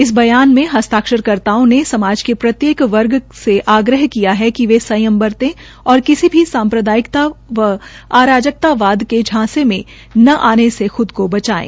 इस बयान में हस्ताक्षर कर्ताओं ने समाज के प्रत्येक वर्ग से आग्रह किया है कि संयम बरते और किसी भी साम्प्रदायिकता व आरजकतावाद के झांसे में आने से ख्द को बचायें